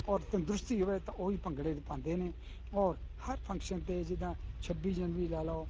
ਔਰ ਤੰਦਰੁਸਤੀ ਹੋਵੇ ਤਾਂ ਉਹੀ ਭੰਗੜੇ ਪਾਉਂਦੇ ਨੇ ਔਰ ਹਰ ਫੰਕਸ਼ਨ 'ਤੇ ਜਿੱਦਾਂ ਛੱਬੀ ਜਨਵਰੀ ਲਾ ਲਓ